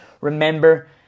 remember